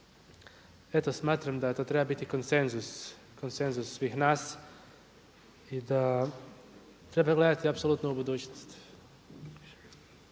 eto smatram da to treba biti konsenzus svih nas i da treba gledati apsolutno u budućnost.